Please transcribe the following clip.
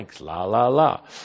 la-la-la